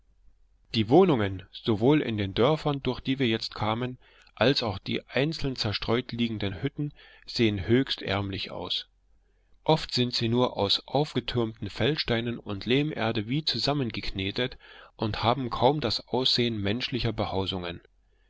die wohnungen sowohl in den dörfern durch die wir jetzt kamen als auch die einzeln zerstreut liegenden hütten sehen höchst ärmlich aus oft sind sie nur aus aufgetürmten feldsteinen und lehmerde wie zusammengeknetet und haben kaum das ansehen menschlicher behausungen